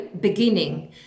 beginning